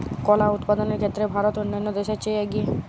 কলা উৎপাদনের ক্ষেত্রে ভারত অন্যান্য দেশের চেয়ে এগিয়ে